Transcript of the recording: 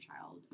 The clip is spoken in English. child